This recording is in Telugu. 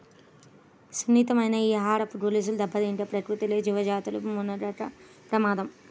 సున్నితమైన ఈ ఆహారపు గొలుసు దెబ్బతింటే ప్రకృతిలో జీవజాతుల మనుగడకే ప్రమాదం